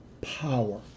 power